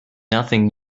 nothing